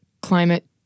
climate